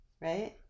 right